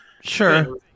Sure